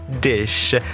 dish